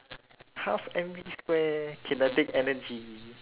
half M V square kinetic energy